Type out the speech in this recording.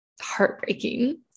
heartbreaking